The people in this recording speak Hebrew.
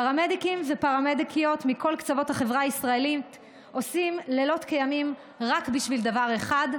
פרמדיקים ופרמדיקיות עושים לילות כימים רק בשביל דבר אחד: